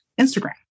Instagram